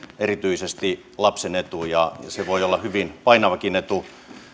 erityisesti lapsen etu ja se voi olla hyvin painavakin etu